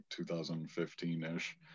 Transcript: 2015-ish